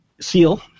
seal